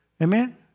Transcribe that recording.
Amen